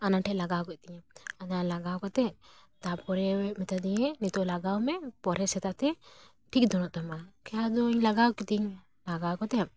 ᱟᱱᱟ ᱴᱷᱮᱡ ᱞᱟᱜᱟᱣ ᱠᱟᱛᱮᱫ ᱛᱤᱧᱟᱹ ᱟᱫᱚ ᱞᱟᱜᱟᱣ ᱠᱟᱛᱮ ᱛᱟᱯᱚᱨᱮ ᱢᱮᱛᱟ ᱫᱤᱧᱟᱹ ᱱᱤᱛᱚᱜ ᱞᱟᱜᱟᱣ ᱢᱮ ᱯᱚᱨᱮ ᱥᱮᱛᱟᱜ ᱛᱮ ᱴᱷᱤᱠ ᱩᱛᱟᱹᱨᱚᱜ ᱛᱟᱢᱟ ᱠᱷᱮ ᱟᱫᱚᱧ ᱞᱟᱜᱟᱣ ᱠᱮᱫᱟᱹᱧ ᱞᱟᱜᱟᱣ ᱠᱟᱛᱮ